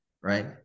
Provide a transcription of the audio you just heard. right